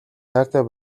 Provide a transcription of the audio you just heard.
хайртай